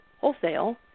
wholesale